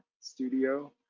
studio